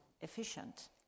efficient